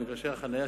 מגרשי החנייה,